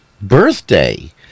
birthday